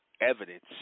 evidence